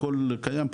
הכול קיים,